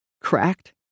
cracked